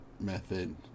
method